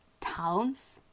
towns